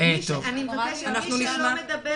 את הקיום צריך לתת